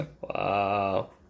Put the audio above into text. Wow